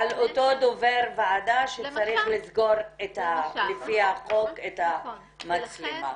על אותו דובר ועדה שצריך לסגור לפי החוק את המצלמה.